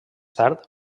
tard